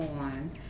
on